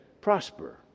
prosper